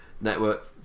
network